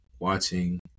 Watching